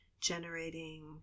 generating